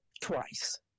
twice